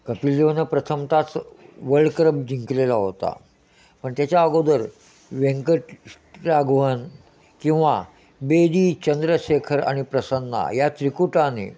कपिल देवनं प्रथमत च वर्ल्ड कप जिंकलेला होता पण त्याच्या अगोदर व्यंकटराघवन किंवा बेदी चंद्रशेखर आणि प्रसन्ना या त्रिकुटाने